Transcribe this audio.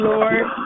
Lord